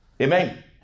Amen